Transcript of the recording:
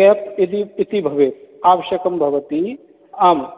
gap इति भवेत् आवश्यकं भवति आम्